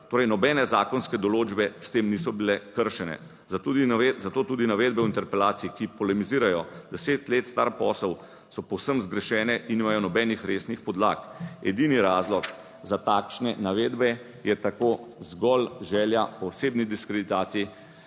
torej nobene zakonske določbe s tem niso bile kršene. Zato tudi navedbe v interpelaciji, ki polemizirajo deset let star posel, so povsem zgrešene in nimajo nobenih resnih podlag. Edini razlog za takšne navedbe je tako zgolj želja po osebni diskreditaciji,